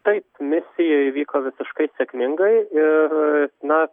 taip misija įvyko visiškai sėkmingai ir na